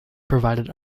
provided